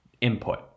input